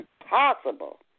impossible